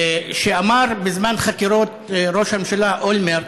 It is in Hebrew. שאמר בזמן חקירות ראש הממשלה אולמרט: